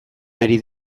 ari